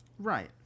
right